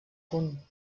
punt